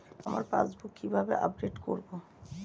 আমার পাসবুক কিভাবে আপডেট করবো?